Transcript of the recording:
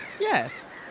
Yes